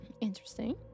interesting